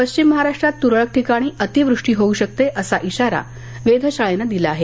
पश्चिम महाराष्ट्रात तुरळक ठिकाणी अतिवृष्टी होऊ शकते असा इशारा वेधशाळेन दिला आहे